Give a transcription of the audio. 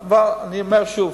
אבל אני אומר שוב: